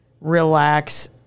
relax